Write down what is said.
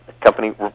company